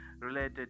related